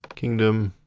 kingdom,